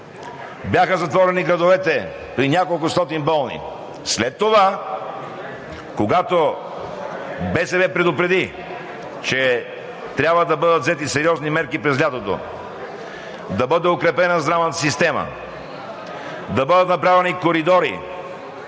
бяха затворени градовете при няколкостотин болни. След това, когато БСП предупреди, че трябва да бъдат взети сериозни мерки през лятото, да бъде укрепена здравната система, да бъдат направени коридори